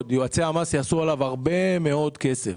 יועצי המס יעשו עליו הרבה מאוד כסף,